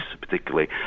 particularly